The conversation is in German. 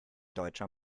deutscher